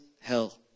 hell